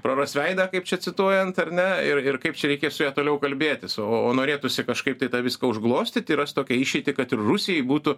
praras veidą kaip čia cituojant ar ne ir ir kaip čia reikės su ja toliau kalbėtis o o norėtųsi kažkaip tai tą viską užglostyti rast tokią išeitį kad ir rusijai būtų